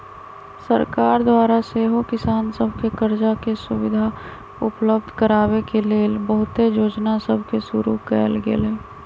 सरकार द्वारा सेहो किसान सभके करजा के सुभिधा उपलब्ध कराबे के लेल बहुते जोजना सभके शुरु कएल गेल हइ